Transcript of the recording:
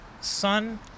son